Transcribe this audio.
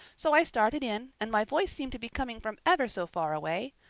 so i started in, and my voice seemed to be coming from ever so far away.